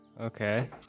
okay